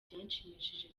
byanshimishije